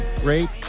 great